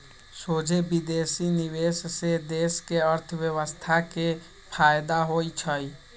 सोझे विदेशी निवेश से देश के अर्थव्यवस्था के फयदा होइ छइ